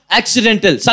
accidental